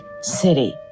city